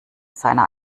seiner